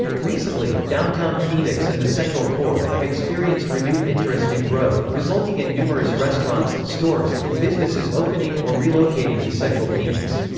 recently, downtown phoenix and the central core have experienced renewed interest and growth, resulting in numerous restaurants, stores, and businesses opening or relocating to central phoenix.